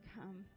come